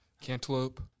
Cantaloupe